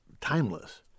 timeless